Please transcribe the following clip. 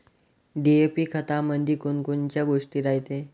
DAP खतामंदी कोनकोनच्या गोष्टी रायते?